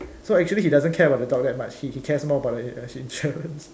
so actually he doesn't care about the dog that much he he cares more about the insurance